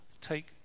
Take